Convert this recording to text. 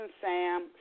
Sam